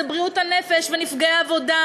זה בריאות הנפש ונפגעי עבודה,